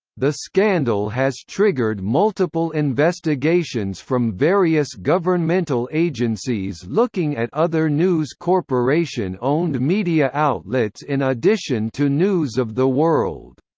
the scandal has triggered multiple investigations from various governmental agencies looking at other news corporation-owned media outlets in addition to news of the world.